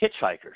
hitchhikers